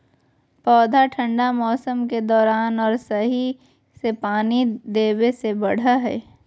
पौधा ठंढा मौसम के दौरान और सही से पानी देबे से बढ़य हइ